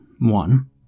One